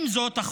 עם זאת,